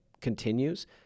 continues